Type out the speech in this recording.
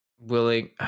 willing